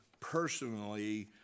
personally